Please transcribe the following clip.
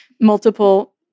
multiple